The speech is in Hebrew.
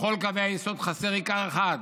בכל קווי היסוד חסר עיקר אחד,